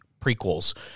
prequels